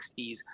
1960s